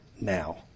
now